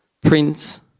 Prince